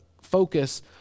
focus